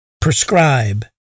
prescribe